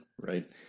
right